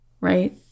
right